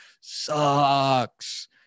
Sucks